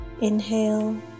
Inhale